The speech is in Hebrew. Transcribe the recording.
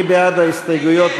מי בעד ההסתייגויות?